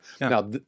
Now